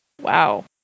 Wow